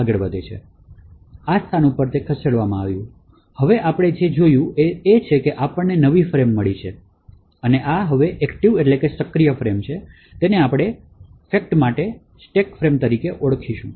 આ સ્થાન પર ખસેડવામાં આવ્યું છે તેથી હવે આપણે જે જોયું છે તે છે કે આપણને નવી ફ્રેમ મળી છે અને આ હવે સક્રિય ફ્રેમ છે અને તેને આપણે તેને fact માટે સ્ટેક ફ્રેમ તરીકે કહીએ છીએ